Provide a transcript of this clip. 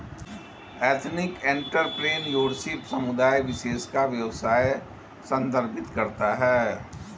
ethnic entrepreneurship समुदाय विशेष का व्यवसाय संदर्भित करता है